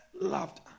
loved